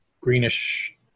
greenish